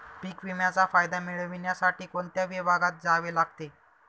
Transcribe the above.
पीक विम्याचा फायदा मिळविण्यासाठी कोणत्या विभागात जावे लागते?